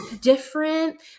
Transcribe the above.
different